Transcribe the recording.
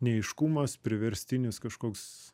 neaiškumas priverstinis kažkoks